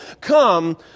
come